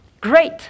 great